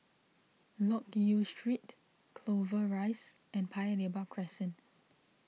Loke Yew Street Clover Rise and Paya Lebar Crescent